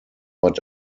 but